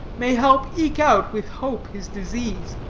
may help eke out, with hope, his disease?